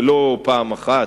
ולא פעם אחת,